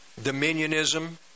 dominionism